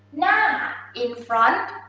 in front,